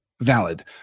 valid